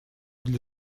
для